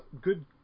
good